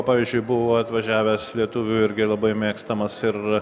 pavyzdžiui buvo atvažiavęs lietuvių irgi labai mėgstamas ir